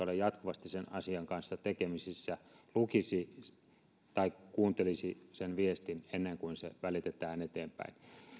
ole jatkuvasti sen asian kanssa tekemisissä lukisi tai kuuntelisi sen viestin ennen kuin se välitetään eteenpäin